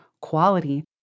quality